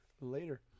Later